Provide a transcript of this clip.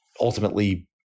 ultimately